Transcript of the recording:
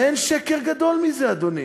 ואין שקר גדול מזה, אדוני,